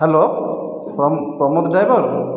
hello Pramod driver